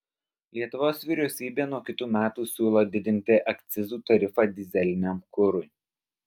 lietuvos vyriausybė nuo kitų metų siūlo didinti akcizų tarifą dyzeliniam kurui